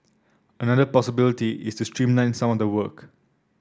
another possibility is to streamline some of the work